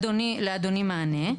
אני אתן לאדוני מענה.